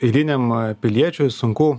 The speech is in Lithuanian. eiliniam piliečiui sunku